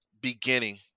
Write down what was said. beginning